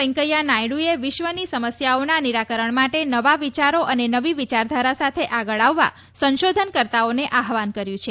વૈંકેયા નાયડુએ વિશ્વની સમસ્યાઓના નિરાકરણ માટે તથા વિચારો અને નવી વિચારધારા સાથે આગળ વધવા સંશોધનકર્તાઓને આહવાન કર્યું છે